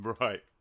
right